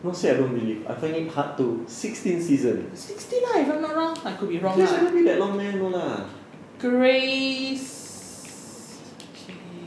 sixteen ah if I'm not wrong I could be wrong ah grey's